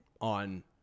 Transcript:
on